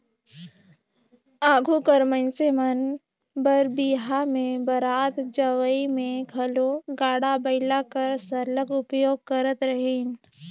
आघु कर मइनसे मन बर बिहा में बरात जवई में घलो गाड़ा बइला कर सरलग उपयोग करत रहिन